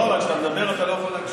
לא, אבל כשאתה מדבר אתה לא יכול להקשיב.